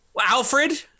Alfred